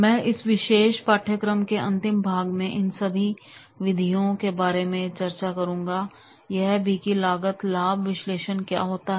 मैं इस विशेष पाठ्यक्रम के अंतिम भाग में इन सभी विधियों के बारे में भी चर्चा करूंगा और यह भी कि लागत लाभ विश्लेषण क्या होता है